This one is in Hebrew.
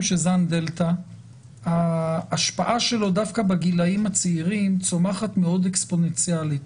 שזן דלתא ההשפעה שלו דווקא בגילאים הצעירים צומחת מאוד אקספוננציאלית